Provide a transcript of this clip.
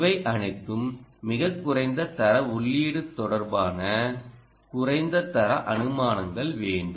இவை அனைத்தும் மிகக் குறைந்த தர உள்ளீடு தொடர்பான குறைந்த தர அனுமானங்கள் வேண்டும்